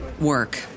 work